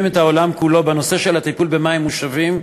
את העולם כולו בנושא הטיפול במים מושבים,